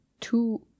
two